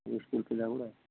school ପିଲା ଗୁଡ଼ା